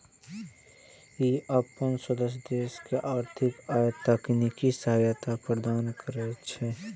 ई अपन सदस्य देश के आर्थिक आ तकनीकी सहायता प्रदान करै छै